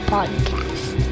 Podcast